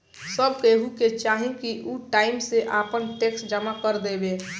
सब केहू के चाही की उ टाइम से आपन टेक्स जमा कर देवे